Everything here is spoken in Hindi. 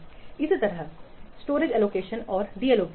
इसी तरह अनुचित भंडारण आवंटन और डी आवंटन